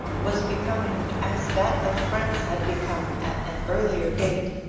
was becoming, as that of france had become at an earlier date,